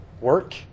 Work